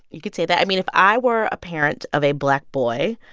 you could say that. i mean, if i were a parent of a black boy,